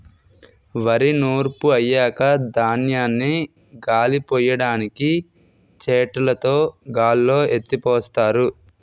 వరి నూర్పు అయ్యాక ధాన్యాన్ని గాలిపొయ్యడానికి చేటలుతో గాల్లో ఎత్తిపోస్తారు